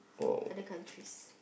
other countries